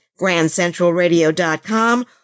GrandCentralRadio.com